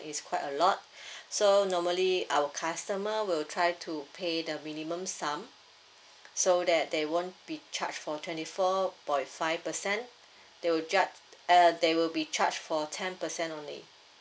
is quite a lot so normally our customer will try to pay the minimum sum so that they won't be charged for twenty four point five percent they will judge uh they will be charge for ten percent only